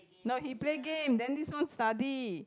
no he play game then this one study